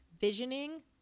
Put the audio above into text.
visioning